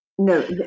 No